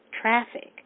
traffic